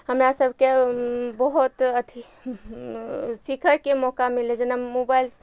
हमरा सभके बहुत अथी सीखयके मौका मिललइ जेना मोबाइल